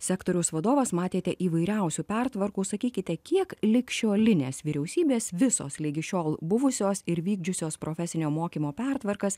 sektoriaus vadovas matėte įvairiausių pertvarkų sakykite kiek ligšiolinės vyriausybės visos ligi šiol buvusios ir vykdžiusios profesinio mokymo pertvarkas